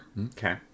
okay